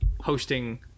hosting